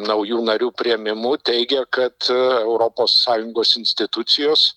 naujų narių priėmimu teigia kad europos sąjungos institucijos